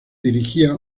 dirigía